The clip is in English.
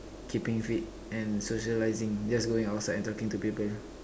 keeping fit and socializing just going outside and talking to people